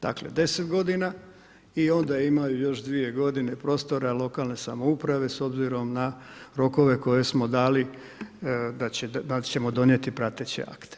Dakle, 10 godina i ona imaju još 2 godine prostora lokalne samouprave s obzirom na rokove koje smo dali da ćemo donijeti prateće akte.